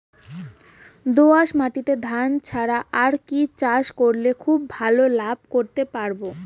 দোয়াস মাটিতে ধান ছাড়া আর কি চাষ করলে খুব ভাল লাভ করতে পারব?